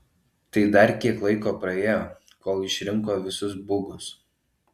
tai dar kiek laiko praėjo kol išrinko visus bugus